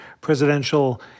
presidential